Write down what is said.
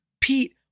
Pete